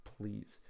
Please